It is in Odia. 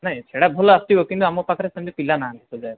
ନାଇଁ ସେଇଟା ଭଲ ଆସିବ କିନ୍ତୁ ଆମ ପାଖରେ ସେମିତି ପିଲା ନାହାଁନ୍ତି ସଜେଇବା ପାଇଁ